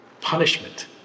Punishment